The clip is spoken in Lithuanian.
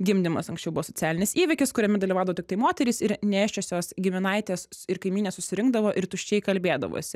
gimdymas anksčiau buvo socialinis įvykis kuriame dalyvaudavo tiktai moterys ir nėščiosios giminaitės ir kaimynės susirinkdavo ir tuščiai kalbėdavosi